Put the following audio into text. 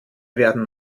werden